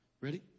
Ready